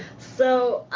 so,